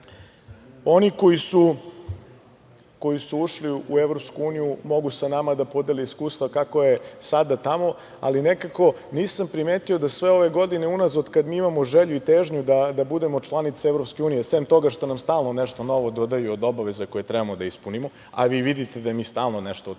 u Evropsku uniju mogu sa nama da podele iskustva kako je sada tamo, ali nekako nisam primetio za sve ove godine unazad od kada mi imamo želju i težnju da budemo članica EU, sem toga što nam stalno nešto novo dodaju od obaveza koje trebamo da ispunimo, a vi vidite da mi stalno nešto od tih